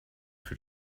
für